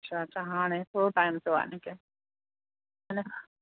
अच्छा अच्छा हाणे थोरो टाइम थियो आहे यानि की ह न